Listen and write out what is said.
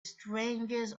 strangest